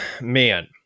man